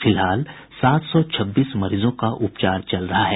फिलहाल सात सौ छब्बीस मरीजों का उपचार चल रहा है